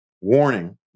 warning